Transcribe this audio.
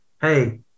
hey